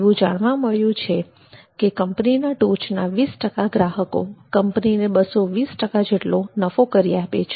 તેવું જાણવા મળ્યું છે કે કંપનીના ટોચના ૨૦ ટકા ગ્રાહકો કંપનીને ૨૨૦ ટકા જેટલો નફો કરી આપે છે